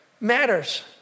matters